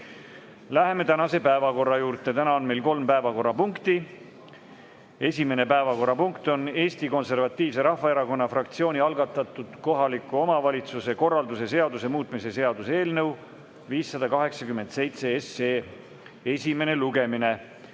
Läheme tänase päevakorra juurde. Täna on meil kolm päevakorrapunkti. Esimene päevakorrapunkt on Eesti Konservatiivse Rahvaerakonna fraktsiooni algatatud kohaliku omavalitsuse korralduse seaduse muutmise seaduse eelnõu 587 esimene lugemine.